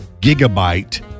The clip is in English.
gigabyte